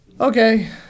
Okay